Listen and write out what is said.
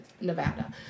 Nevada